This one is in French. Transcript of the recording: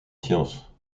sciences